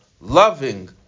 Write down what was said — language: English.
loving